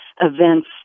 events